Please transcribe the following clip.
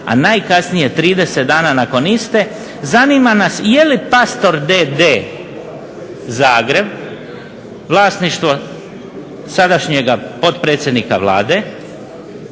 a najkasnije 30 dana nakon iste zanima nas je li Pastor d.d. Zagreb vlasništvo sadašnjega potpredsjednika Vlade